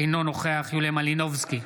אינו נוכח יוליה מלינובסקי,